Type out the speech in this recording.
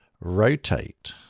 Rotate